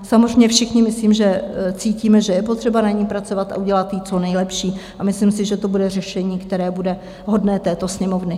Samozřejmě všichni, myslím, že cítíme, že je potřeba na ní pracovat a udělat ji co nejlepší, a myslím si, že to bude řešení, které bude hodné této Sněmovny.